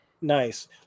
Nice